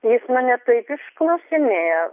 jis mane taip išklausinėjo